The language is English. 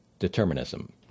Determinism